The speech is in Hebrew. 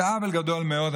זה עוול גדול מאוד.